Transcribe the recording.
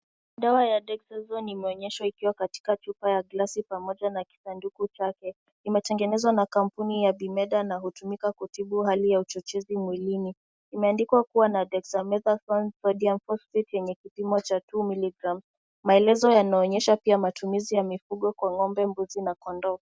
Dawa ya dexazone imeonyeshwa ikiwa katika chupa glasi pamoja na kisanduku chake, imetengenezwa na kampuni ya Bimeda na hutumika kutibu hali ya uchochezi mwilini. Imeandikwa kuwa na dexamethasone sodium phosphate yenye kipimo cha two milligram . Maelezo yanaonyesha pia matumizi kwa mifugo, mbuzi na kondoo.